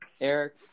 Eric